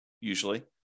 usually